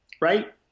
Right